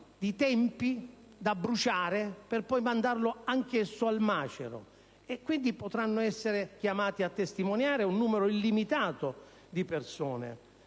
di tempi, da bruciare, per poi mandarlo anch'esso al macero. Quindi potrà essere chiamato a testimoniare un numero illimitato di persone.